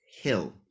Hill